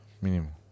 Mínimo